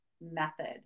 method